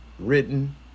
Written